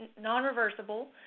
non-reversible